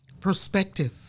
perspective